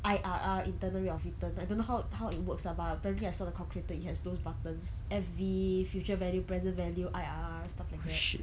I_R_R internal rate of return I don't know how how it works ah but apparently I saw the calculator it has those buttons F_V future value present value I_R_R and stuff like that